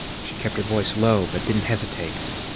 she kept her voice low, but didn't hesitate.